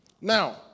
Now